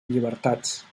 llibertats